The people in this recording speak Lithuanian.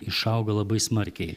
išauga labai smarkiai